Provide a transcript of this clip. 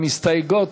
שהמסתייגות,